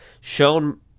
shown